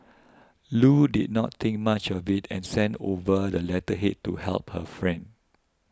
Loo did not think much of it and sent over the letterhead to help her friend